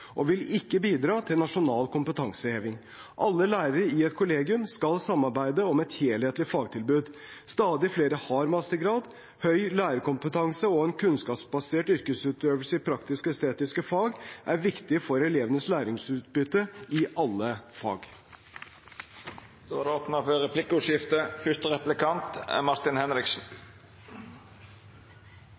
og vil ikke bidra til nasjonal kompetanseheving. Alle lærere i et kollegium skal samarbeide om et helthetlig fagtilbud. Stadig flere har mastergrad. Høy lærerkompetanse og en kunnskapsbasert yrkesutøvelse i praktiske og estetiske fag er viktig for elevenes læringsutbytte i alle fag. Det vert replikkordskifte. Jeg mener at det